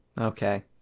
Okay